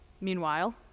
Meanwhile